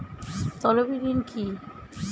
তলবি ঋণ কি?